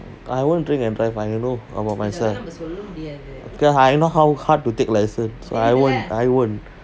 I won't drink and drive I will know about myself I know how hard to take license so I won't I won't